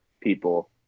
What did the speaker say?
people